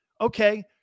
okay